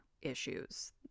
issues